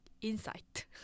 insight